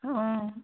অঁ